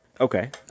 Okay